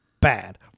bad